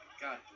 God